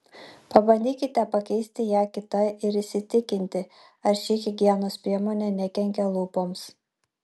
pabandykite pakeisti ją kita ir įsitikinti ar ši higienos priemonė nekenkia lūpoms